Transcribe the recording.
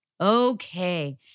Okay